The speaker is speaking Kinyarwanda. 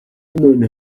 nanone